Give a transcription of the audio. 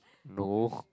no